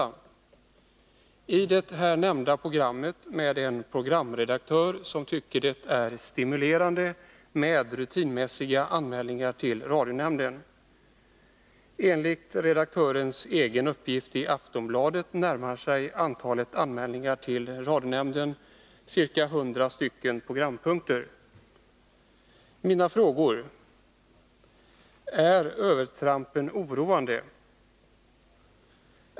I fråga om det här nämnda programmet gäller det en programredaktör som tycker att det är stimulerande med rutinmässiga anmälningar till radionämnden. Enligt redaktörens egen uppgift i Aftonbladet närmar sig antalet till radionämnden anmälda program siffran 100. Mina frågor blir: Är övertrampen oroande?